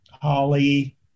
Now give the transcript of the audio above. Holly